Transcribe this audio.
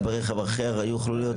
ברכב אחר היו יכולים להיות עוד הרוגים.